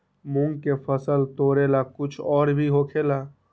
मूंग के फसल तोरेला कुछ और भी होखेला?